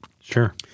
Sure